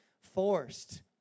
forced